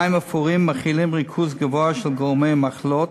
מים אפורים מכילים ריכוז גבוה של גורמי מחלות,